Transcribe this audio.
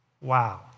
wow